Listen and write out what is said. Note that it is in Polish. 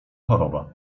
choroba